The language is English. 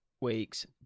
week's